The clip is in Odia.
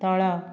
ତଳ